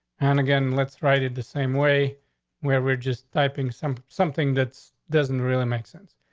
and again, let's write it the same way where we're just typing some something that doesn't really make sense.